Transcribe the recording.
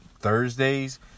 Thursdays